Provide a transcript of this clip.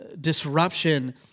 disruption